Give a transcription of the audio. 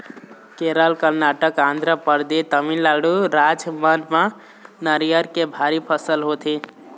केरल, करनाटक, आंध्रपरदेस, तमिलनाडु राज मन म नरियर के भारी फसल होथे